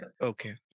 Okay